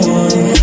one